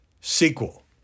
Sequel